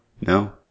No